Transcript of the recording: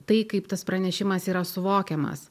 tai kaip tas pranešimas yra suvokiamas